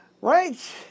Right